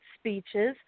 speeches